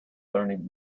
learning